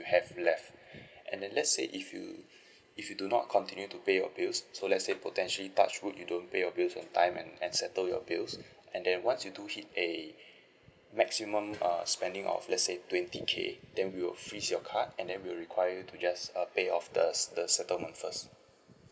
you have left and then let's say if you if you do not continue to pay your bills so let's say potentially touch wood you don't pay your bill on time and and settle your bills and then once you do hit a maximum err spending of let's say twenty K then we will freeze your card and then we require you to just err pay of the the settlement first